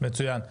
מצוין.